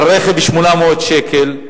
על רכב, 800 שקל,